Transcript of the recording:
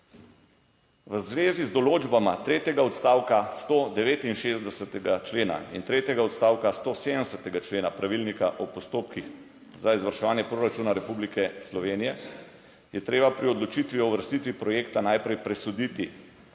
V zvezi z določbama tretjega odstavka 169. člena in tretjega odstavka 170. člena Pravilnika o postopkih za izvrševanje proračuna Republike Slovenije je treba pri odločitvi o uvrstitvi projekta najprej presoditi,